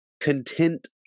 content